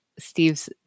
Steve's